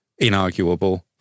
Inarguable